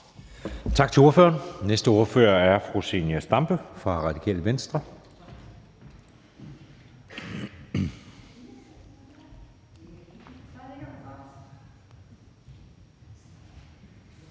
Tak til ordføreren. Næste ordfører er fru Zenia Stampe fra Radikale Venstre.